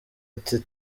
ati